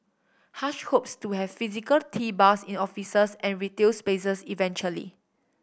Hush hopes to have physical tea bars in offices and retail spaces eventually